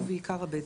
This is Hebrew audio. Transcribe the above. ובעיקר הבדואי.